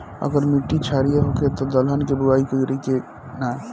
अगर मिट्टी क्षारीय होखे त दलहन के बुआई करी की न?